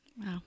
Wow